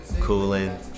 cooling